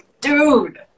Dude